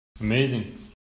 Amazing